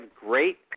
great